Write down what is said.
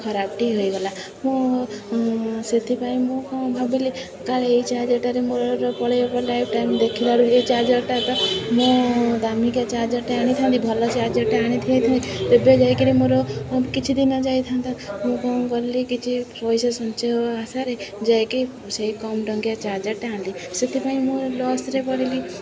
ଖରାପଟି ହୋଇଗଲା ମୁଁ ସେଥିପାଇଁ ମୁଁ କ'ଣ ଭାବିଲି କାଳେ ଏଇ ଚାର୍ଜର୍ଟାରେ ମୋର ପଳେଇବ ଲାଇଫ୍ ଟାଇମ୍ ଦେଖିଲାରୁ ଏଇ ଚାର୍ଜର୍ଟା ତ ମୁଁ ଦାମିକା ଚାର୍ଜର୍ଟା ଆଣିଥାନ୍ତି ଭଲ ଚାର୍ଜର୍ଟା ଆଣିଥାଇଥିଲି ତେବେ ଯାଇକିରି ମୋର କିଛି ଦିନ ଯାଇଥାନ୍ତା ମୁଁ କ'ଣ କଲି କିଛି ପଇସା ସଞ୍ଚୟ ଆଶାରେ ଯାଇକି ସେଇ କମ୍ ଟଙ୍କିଆ ଚାର୍ଜର୍ଟା ଆଣିଲି ସେଥିପାଇଁ ମୁଁ ଲସ୍ରେ ପଡ଼ିଲି